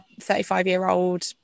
35-year-old